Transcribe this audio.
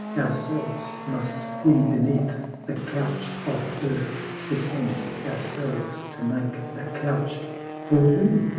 ourselves must we beneath the couch of earth descend ourselves to make a couch for whom?